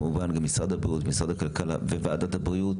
כמובן של משרד הבריאות, משרד הכלכלה וועדת הבריאות